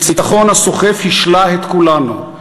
הניצחון הסוחף השלה את כולנו,